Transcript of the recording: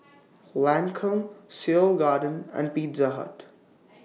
Lancome Seoul Garden and Pizza Hut